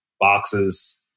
boxes